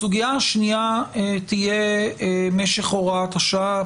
הסוגיה השנייה תהיה משך הוראת השעה.